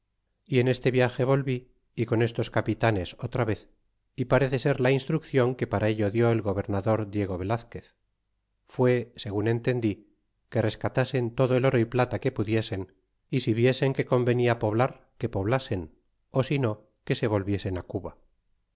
y en este viage volví y con estos capitanes otra vez y parece ser la instruccion que para ello dió el gobernador diego velazquez fué segun entendí que rescatasen todo el oro y plata que pudiesen y si viesen que convenia poblar que poblasen si no que se volviesen a cuba